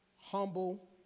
humble